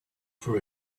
for